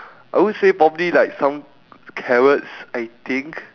I would say probably like some carrots I think